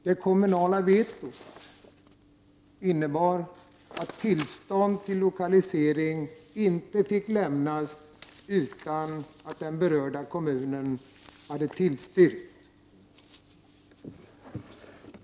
Det kommunala vetot innebar att tillstånd till lokalisering inte fick lämnas utan att den berörda kommunen hade tillstyrkt.